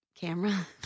camera